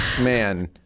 Man